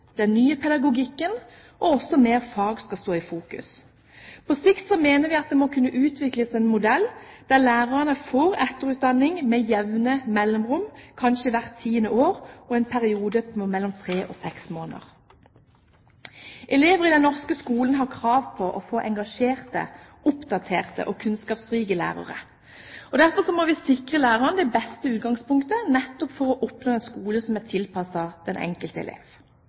den nye pedagogikken og også mer fag skal stå i fokus. På sikt mener vi at det må kunne utvikles en modell der lærerne får etterutdanning med jevne mellomrom, kanskje hvert tiende år, på en periode på mellom tre og seks måneder. Elever i den norske skolen har krav på å få engasjerte, oppdaterte og kunnskapsrike lærere. Derfor må vi sikre lærerne det beste utgangspunktet nettopp for å oppnå en skole som er tilpasset den enkelte elev.